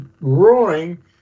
roaring